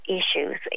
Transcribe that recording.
issues